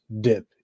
dip